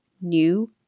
new